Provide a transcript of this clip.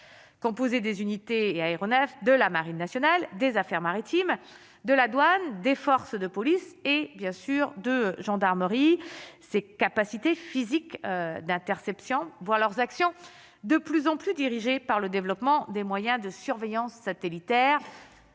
composée des unités et aéronefs de la marine nationale, des affaires maritimes de la douane des forces de police et bien sûr de gendarmerie ses capacités physiques d'interception voient leurs actions de plus en plus dirigée par le développement des moyens de surveillance satellitaire,